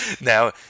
Now